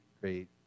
great